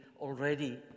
already